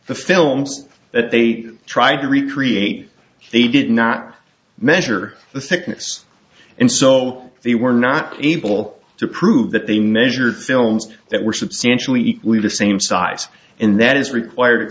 the films that they tried to recreate they did not measure the thickness and so they were not able to prove that they measured films that were substantially equally the same size and that is required